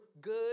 good